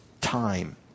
time